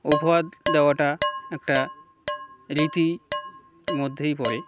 উপহার দেওয়াটা একটা রীতি মধ্যেই পড়ে